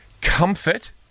comfort